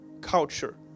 culture